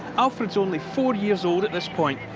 alfred's only four years old at this point,